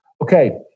Okay